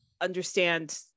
understand